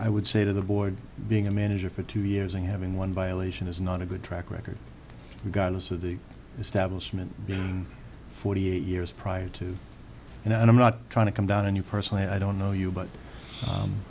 would say to the board being a manager for two years and having one by elation is not a good track record regardless of the establishment forty eight years prior to and i'm not trying to come down on you personally i don't know you but